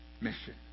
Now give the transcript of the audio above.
mission